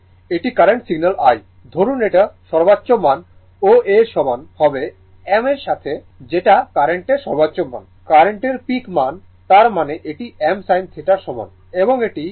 এটি current signal i ধরুন এটা সর্বোচ্চ মান O A সমান হবে m এর সাথে যেটা কার্রেন্টের সর্বোচ্চ মান কার্রেন্টের পিক মান তার মানে এটি m sin θ এর সমান